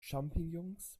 champignons